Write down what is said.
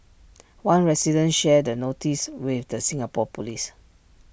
one resident shared the notice with the Singapore Police